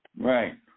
Right